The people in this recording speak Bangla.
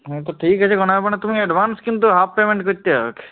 হ্যাঁ তো ঠিক আছে কোনো ব্যাপার না তোমায় অ্যাডভান্স কিন্তু হাফ পেমেন্ট কইরতে হবে